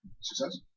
Success